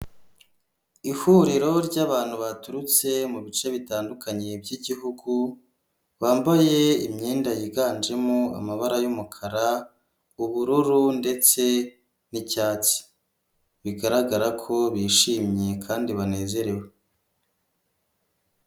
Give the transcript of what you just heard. Ihuriro ry'abantu baturutse mu ibice bitandukanye by'igihugu bambaye imyenda yiganjemo amabara y'umukara ,ubururu ndetse n'icyatsi, bigaragara ko bishimye kandi banezerewe.